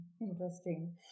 Interesting